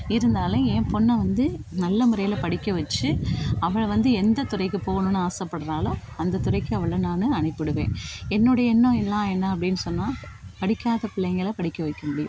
இருந்தாலும் என் பொண்ணை வந்து நல்ல முறையில் படிக்க வச்சு அவளை வந்து எந்த துறைக்கு போகணும்னு ஆசைப்பட்றாளோ அந்த துறைக்கு அவளை நான் அனுப்பிடுவேன் என்னுடைய என்ணம் எல்லாம் என்ன அப்படின்னு சொன்னால் படிக்காத பிள்ளைகள படிக்க வைக்க முடியும்